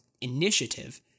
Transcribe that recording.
initiative